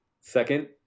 Second